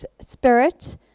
spirit